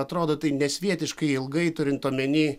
atrodo tai nesvietiškai ilgai turint omeny